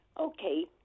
okay